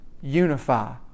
unify